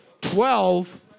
twelve